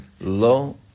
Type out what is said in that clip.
lo